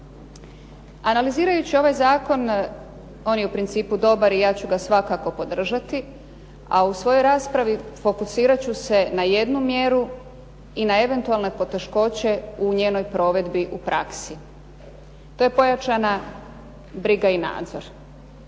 Analizirajući ovaj zakon, on je u principu dobar i ja ću ga svakako podržati, a u svojoj raspravi fokusirat ću se na jednu mjeru i na eventualne poteškoće u njenoj provedbi u praksi. To je pojačana briga i nadzor.